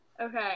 Okay